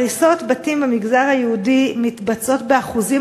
הריסות בתים במגזר היהודי מתבצעות באחוזים